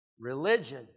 Religion